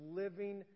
living